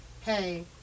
hey